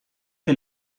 que